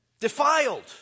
defiled